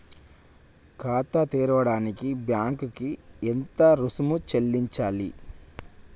ఖాతా తెరవడానికి బ్యాంక్ కి ఎంత రుసుము చెల్లించాలి?